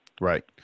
Right